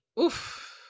Oof